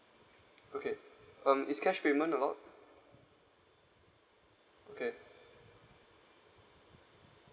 okay um is cash payment allowed okay